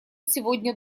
сегодня